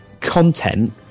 content